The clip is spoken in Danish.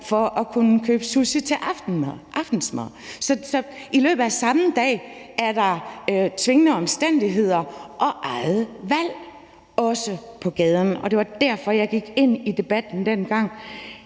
for at kunne købe sushi til aftensmad. Så i løbet af samme dag er der tvingende omstændigheder og egne valg, også på gaden, og det var derfor, at jeg gik ind i debatten dengang